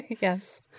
Yes